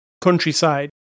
countryside